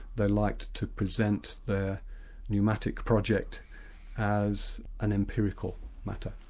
they liked to present their pneumatic project as an empirical matter.